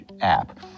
app